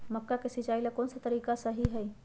मक्का के सिचाई ला कौन सा तरीका सही है?